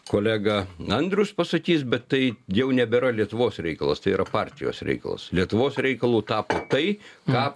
kolega andrius pasakys bet tai jau nebėra lietuvos reikalas tai yra partijos reikalas lietuvos reikalu tapo tai ką